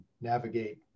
navigate